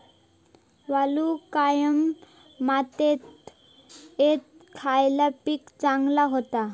वालुकामय मातयेत खयला पीक चांगला होता?